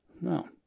No